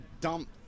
dump